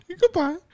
Goodbye